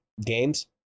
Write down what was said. games